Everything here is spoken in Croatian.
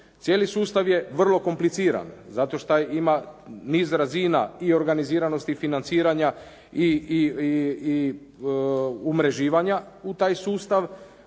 Cijeli sustav je vrlo kompliciran, zato šta ima niz razina i organiziranosti i financiranja, i umreživanja u taj sustav,